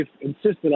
insisted